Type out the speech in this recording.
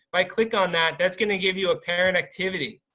i click on that that's gonna give you a parent activity.